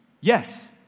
yes